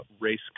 race